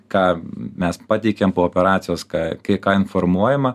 ką mes pateikėm po operacijos ką kai ką informuojama